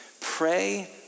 Pray